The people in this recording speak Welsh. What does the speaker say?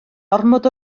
ormod